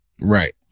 right